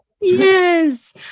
Yes